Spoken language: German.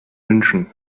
münchen